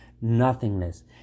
nothingness